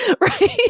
right